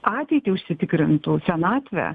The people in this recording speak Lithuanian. ateitį užsitikrintų senatvę